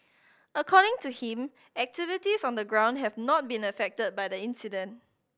according to him activities on the ground have not been affected by the incident